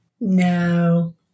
No